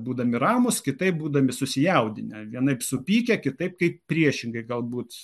būdami ramūs kitaip būdami susijaudinę vienaip supykę kitaip kaip priešingai galbūt